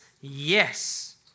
yes